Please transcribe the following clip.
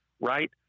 right